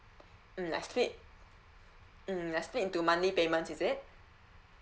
mm I split mm I split into monthly payments is it